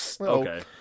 Okay